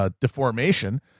deformation